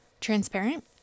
transparent